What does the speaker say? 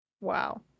Wow